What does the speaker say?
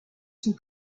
son